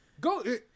Go